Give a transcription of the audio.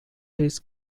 his